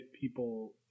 people